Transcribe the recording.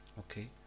Okay